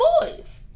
boys